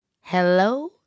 Hello